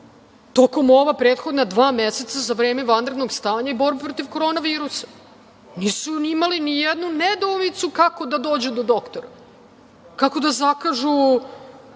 tokom ova prethodna dva meseca za vreme vanrednog stanja i borbe protiv Koronavirusa. Nisu imali nijednu nedoumicu kako da dođu do doktora, kako da zakažu